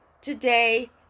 today